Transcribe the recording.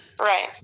Right